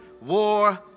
War